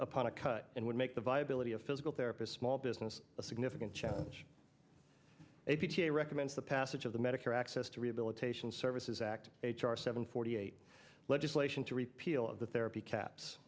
upon a cut and would make the viability of physical therapist small business a significant challenge a b t a recommends the passage of the medicare access to rehabilitation services act h r seven forty eight legislation to repeal of the therapy caps